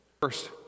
First